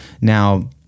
Now